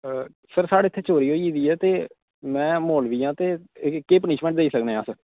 sir साढ़े इत्थें चोरी होई गेदी ऐ ते में मौलवी आं ते केह् पनिशमेंट देई सकने आं अस